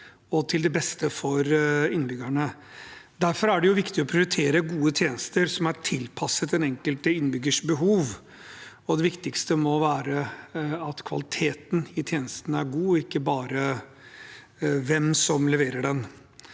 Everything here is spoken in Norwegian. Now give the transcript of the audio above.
og til beste for innbyggerne. Derfor er det viktig å prioritere gode tjenester som er tilpasset den enkelte innbyggers behov, og det viktigste må være at kvaliteten i tjenesten er god, ikke bare hvem som leverer den.